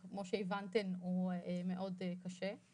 וכמו שהבנתן הוא מאוד קשה.